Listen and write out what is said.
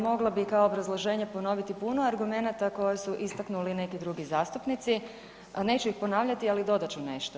Mogla bi kao obrazloženje ponoviti puno argumenata koje su istaknuli neki drugi zastupnici, neću ih ponavljati, ali dodat ću nešto.